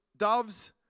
doves